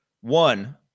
one